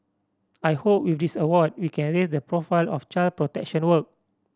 I hope with this award we can raise the profile of child protection work